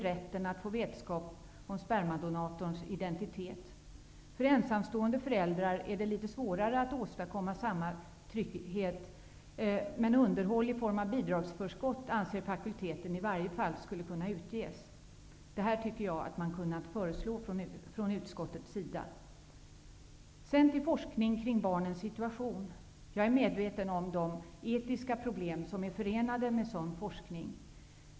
rätten att få vetskap om spermadonatorns identitet. För ensamstående föräldrar är det litet svårare att åstadkomma samma trygghet, men underhåll i form av bidragsförskott anser fakulteten i varje fall skulle kunna utges. Jag tycker att man kunde ha föreslagit det från utskottets sida. Så till forskningen kring barnens situation. Jag är medveten om de etiska problem som är förenade med sådan forskning.